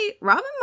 Robin